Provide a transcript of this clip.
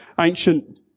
ancient